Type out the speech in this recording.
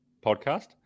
podcast